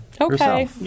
Okay